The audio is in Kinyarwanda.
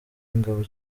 ingabo